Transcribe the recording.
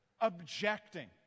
objecting